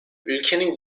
ülkenin